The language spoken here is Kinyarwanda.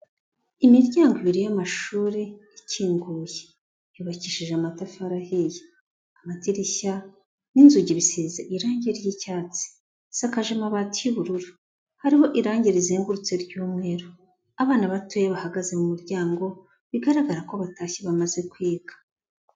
Imiryango ibiri y'amashuri ikinguye yubakishije amatafari ahiye, amadirishya n'inzugi bisiza irangi ry'icyatsi, isakaje amabati y'ubururu, hariho irangi rizengurutse ry'umweru, abana batoya bahagaze mu muryango bigaragara ko batashye bamaze kwiga.